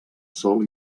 sòl